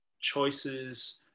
choices